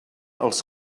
els